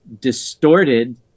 distorted